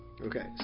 Okay